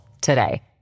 today